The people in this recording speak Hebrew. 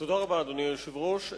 תודה רבה, אדוני היושב-ראש.